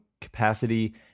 capacity